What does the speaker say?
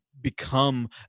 become